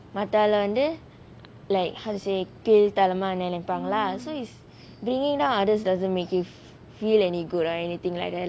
மத்த ஆலு வந்து:matha aalu vanthu like how to say this கீழ்தரமா நினைப்பாங்க keeltharama ninaipaanga so it's bringing down others doesn't make you feel any good or anything like that lah